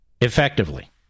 effectively